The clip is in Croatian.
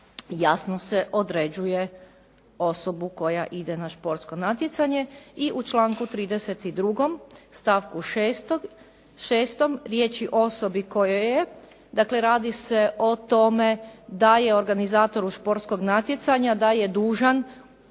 jasno se određuje osobu koja ide na športsko natjecanje i u članku 32. stavku 6. riječi: "osobi kojoj je" dakle radi se o tome da organizator športskog natjecanja da je dužan